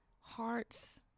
hearts